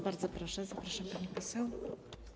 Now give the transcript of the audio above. Bardzo proszę, zapraszam panią poseł.